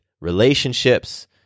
relationships